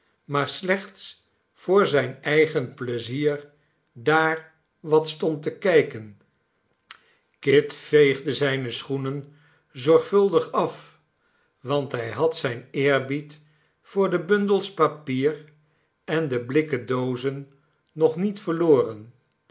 maar slechts voor zijn eigen pleizier daar wat stond te kijken kit veegde zijne schoenen zorgvuldig af want hij had zijn eerbied voor de bundels papier en de blikken doozen nog niet verloren